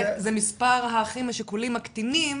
זה מספר האחים השכולים הקטינים